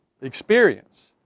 experience